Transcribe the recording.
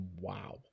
wow